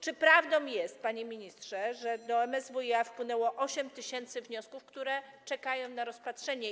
Czy prawdą jest, panie ministrze, że do MSWiA wpłynęło 8 tys. wniosków, które czekają na rozpatrzenie?